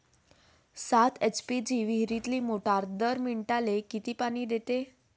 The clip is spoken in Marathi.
सात एच.पी ची विहिरीतली मोटार दर मिनटाले किती पानी देते?